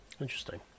Interesting